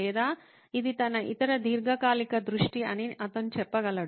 లేదా ఇది తన ఇతర దీర్ఘకాలిక దృష్టి అని అతను చెప్పగలడు